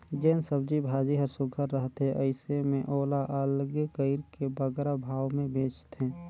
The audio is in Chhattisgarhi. जेन सब्जी भाजी हर सुग्घर रहथे अइसे में ओला अलगे कइर के बगरा भाव में बेंचथें